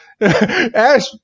Ash